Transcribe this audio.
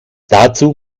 dazu